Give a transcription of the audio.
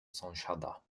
sąsiada